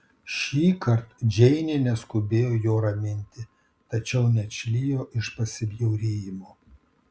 šįkart džeinė neskubėjo jo raminti tačiau neatšlijo iš pasibjaurėjimo